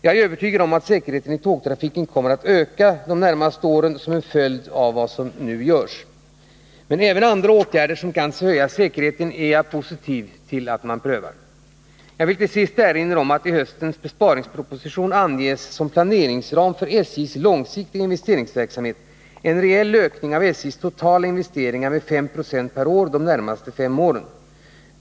Jag är övertygad om att säkerheten i tågtrafiken kommer att öka under de närmaste åren som en följd av de här åtgärderna. Även andra åtgärder som kan höja säkerheten är jag positiv till att man prövar. Till sist vill jag erinra om att i höstens besparingsproposition anges som planeringsram för SJ:s långsiktiga investeringsverksamhet en reell ökning av SJ:s totala investeringar med 5 26 per år under de närmaste fem åren.